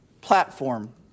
platform